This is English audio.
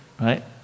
Right